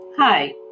Hi